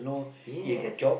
yes